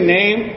name